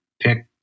pick